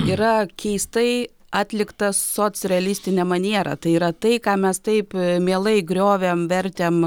yra keistai atliktas socrealistine maniera tai yra tai ką mes taip mielai griovėm vertėm